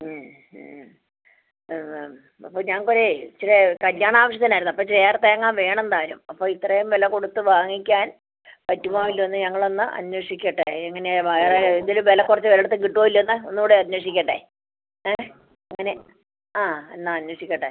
അത് ആണ് അപ്പോൾ ഞങ്ങൾക്ക് ഒരു ഇച്ചിരി കല്ല്യാണ ആവശ്യത്തിന് ആയിരുന്നു അപ്പോൾ ഏറെ തേങ്ങ വേണം താനും അപ്പോൾ ഇത്രയും വില കൊടുത്ത് വാങ്ങിക്കാൻ പറ്റുമോ ഇല്ലയോന്ന് ഞങ്ങൾ ഒന്ന് അന്വേഷിക്കട്ടെ എങ്ങനെയാണ് ഇതിലും വില കുറച്ച് ഒരിടത്ത് കിട്ടോ ഇല്ലയോന്ന് ഒന്ന് കൂടെ അന്വേഷിക്കട്ടെ ഏഹ് അങ്ങനെ ആ എന്നാൽ അന്വേഷിക്കട്ടെ